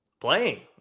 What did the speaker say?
Playing